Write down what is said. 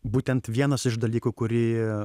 būtent vienas iš dalykų kurį